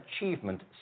achievement